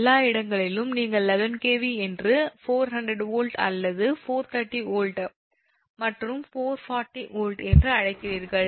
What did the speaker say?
எல்லா இடங்களிலும் நீங்கள் 11 𝑘𝑉 என்று 400 வோல்ட் அல்லது 430 வோல்ட் மற்றும் 440 வோல்ட் என்று அழைக்கிறீர்கள்